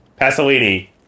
Pasolini